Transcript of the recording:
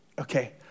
okay